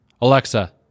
Alexa